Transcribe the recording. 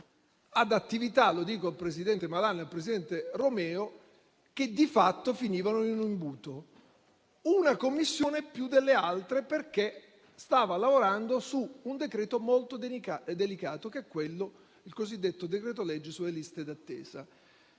ad attività - lo dico al presidente Malan e al presidente Romeo - che di fatto finivano in un imbuto, in una Commissione più che in altre, perché stava lavorando su un decreto molto delicato, il cosiddetto decreto-legge sulle liste d'attesa,